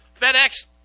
fedex